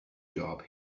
job